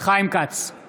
חיים כץ, בעד ישראל כץ,